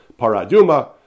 paraduma